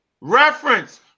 Reference